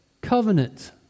covenant